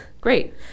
Great